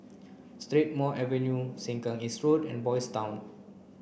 Strathmore Sengkang East Road and Boys' Town